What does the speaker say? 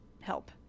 help